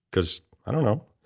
because, i don't know,